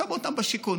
שמו אותם בשיכון,